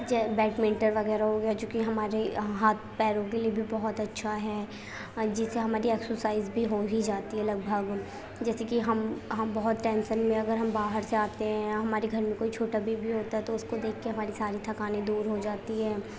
جے badminton وغیرہ ہو گیا چونکہ ہماری ہاتھ پیروں کے لیے بھی بہت اچھا ہے جیسے ہماری ایکسرسائز بھی ہو ہی جاتی ہے لگ بھک جیسے کہ ہم ہم بہت ٹینسن میں اگر ہم باہر سے آتے ہیں یا ہمارے گھر میں کوئی چھوٹا بیبی ہوتا ہے تو اس کو دیکھ کے ہماری ساری تھکانیں دور ہو جاتی ہیں